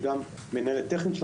שהיא גם מנהלת טכנית של